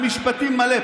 המשפטים מלא,